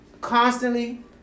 constantly